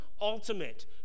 ultimate